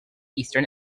eastern